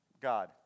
God